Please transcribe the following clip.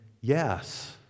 Yes